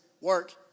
work